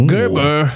Gerber